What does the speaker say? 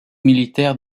militaire